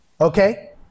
Okay